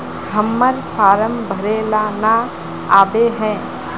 हम्मर फारम भरे ला न आबेहय?